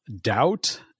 doubt